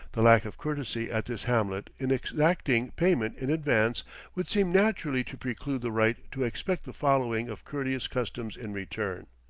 the lack of courtesy at this hamlet in exacting payment in advance would seem naturally to preclude the right to expect the following of courteous customs in return.